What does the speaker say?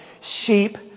sheep